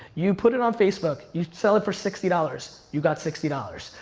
you put it on facebook, you sell it for sixty dollars, you got sixty dollars.